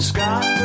Scott